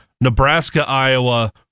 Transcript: Nebraska-Iowa